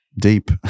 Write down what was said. deep